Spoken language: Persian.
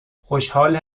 خوشحال